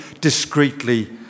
discreetly